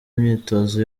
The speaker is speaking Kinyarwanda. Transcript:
imyitozo